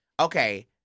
okay